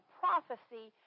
prophecy